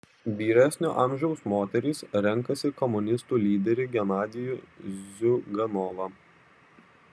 vyresnio amžiaus moterys renkasi komunistų lyderį genadijų ziuganovą